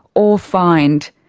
or fined.